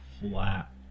flat